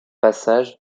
passage